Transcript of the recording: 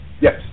Yes